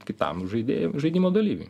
kitam žaidėjui žaidimo dalyviui